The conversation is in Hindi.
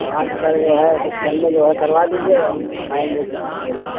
हाँ तो सर जो है कुछ कम में जो है करवा दीजिए हम आएंगे फिर कभी